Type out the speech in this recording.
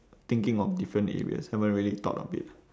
thinking of different areas haven't really thought of it